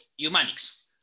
humanics